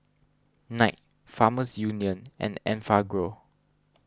Knight Farmers Union and Enfagrow